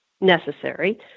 necessary